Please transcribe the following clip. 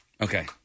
Okay